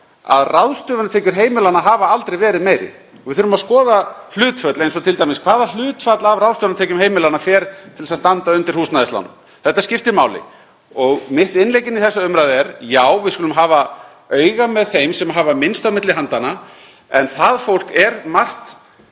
að ráðstöfunartekjur heimilanna hefðu aldrei verið meiri. Við þurfum að skoða hlutföll eins og t.d. hvaða hlutfall af ráðstöfunartekjum heimilanna fer til að standa undir húsnæðislánum. Þetta skiptir máli. Mitt innlegg inn í þessa umræðu er: Já, við skulum hafa auga með þeim sem minnst hafa á milli handanna, en það fólk er margt